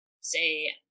say